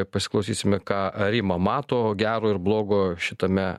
pasiklausysime ką rima mato gero ir blogo šitame